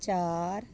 ਚਾਰ